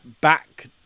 Back